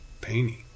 painting